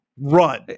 Run